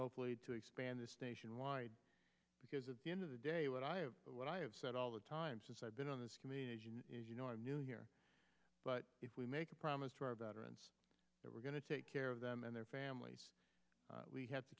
hopefully to expand this nationwide because at the end of the day what i what i have said all the time since i've been on the new here but if we make a promise to our veterans that we're going to take care of them and their families we have to